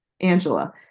Angela